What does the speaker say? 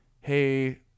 Hey